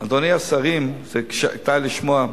רבותי השרים, כדאי לשמוע.